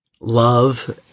love